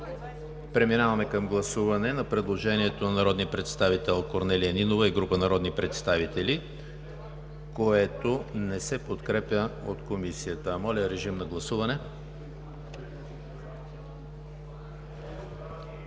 Преминаваме към гласуване на предложението на народния представител Корнелия Нинова и група народни представители, което не се подкрепя от Комисията. Гласували